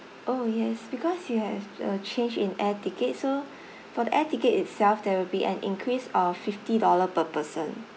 oh yes because you have a change in air tickets so for the air ticket itself there will be an increase of fifty dollar per person